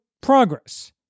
progress